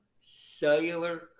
cellular